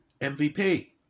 MVP